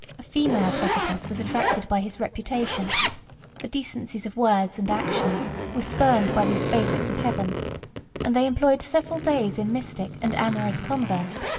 a female prophetess was attracted by his reputation the decencies of words and actions were spurned by these favorites of heaven and they employed several days in mystic and amorous converse.